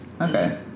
Okay